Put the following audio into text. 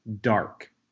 dark